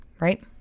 right